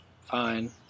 fine